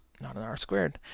not an r squared.